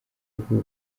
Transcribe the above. rw’u